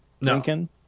Lincoln